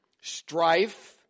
strife